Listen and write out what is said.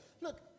Look